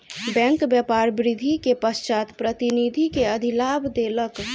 bank व्यापार वृद्धि के पश्चात प्रतिनिधि के अधिलाभ देलक